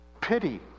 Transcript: pity